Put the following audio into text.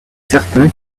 certain